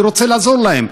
אני רוצה לעזור להם,